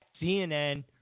CNN